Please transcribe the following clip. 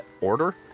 order